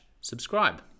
subscribe